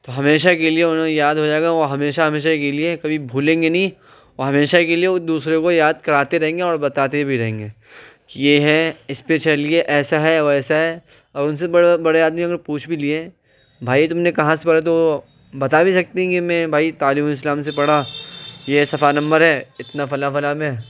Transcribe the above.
تو ہمیشہ کے لیے انہیں یاد ہو جائے گا وہ ہمیشہ ہمیشہ کے لیے کبھی بھولیں گے نہیں اور ہمیشہ کے لیے وہ دوسروں کو یاد کراتے رہیں گے اور بتاتے بھی رہیں گے کہ یہ ہے اس پہ چلیے ایسا ہے ویسا ہے اور ان سے بڑے بڑے آدمیوں نے پوچھ بھی لیے بھائی تم نے کہاں سے پڑھے تو وہ بتا بھی سکتے ہیں کہ میں بھائی تعلیم الاسلام سے پڑھا یہ صفحہ نمبر ہے اتنا فلاں فلاں میں